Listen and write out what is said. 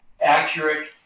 accurate